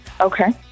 Okay